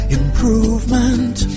improvement